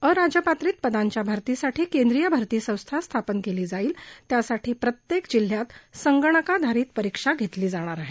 अराजपत्रित पदांच्या भरतीसाठी केंद्रीय भरती संस्था स्थापन केली जाईल त्यासाठी प्रत्येक जिल्ह्यात संगणकाधारित परीक्षा घेतली जाणार आहे